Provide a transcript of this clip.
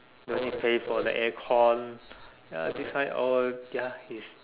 don't need pay for the aircon ya that's why all ya is